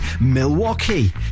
Milwaukee